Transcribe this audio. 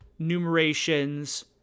numerations